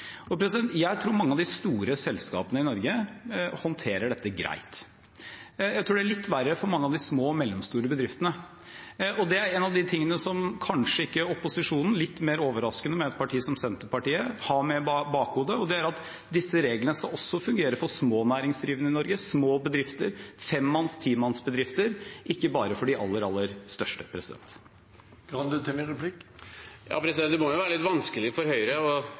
Jeg tror mange av de store selskapene i Norge håndterer dette greit. Jeg tror det er litt verre for mange av de små og mellomstore bedriftene. Det er en av de tingene som kanskje ikke opposisjonen har med i bakhodet – litt mer overraskende med et parti som Senterpartiet – og det er at disse reglene skal også fungere for små næringsdrivende i Norge, små bedrifter, femmanns, timanns bedrifter, og ikke bare for de aller, aller største. Det må jo være litt vanskelig for Høyre, og det er i hvert fall vanskelig for utenforstående å